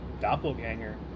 doppelganger